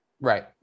Right